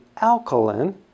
alkaline